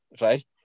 right